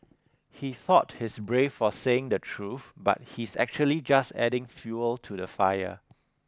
he thought he's brave for saying the truth but he's actually just adding fuel to the fire